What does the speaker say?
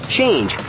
change